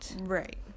Right